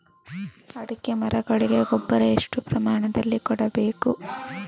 ಅಡಿಕೆ ಮರಗಳಿಗೆ ಗೊಬ್ಬರ ಎಷ್ಟು ಪ್ರಮಾಣದಲ್ಲಿ ಕೊಡಬೇಕು?